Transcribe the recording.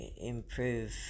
improve